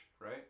right